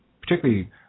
particularly